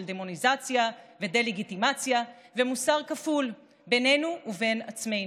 דמוניזציה ודה-לגיטימציה ומוסר כפול בינינו ובין עצמנו.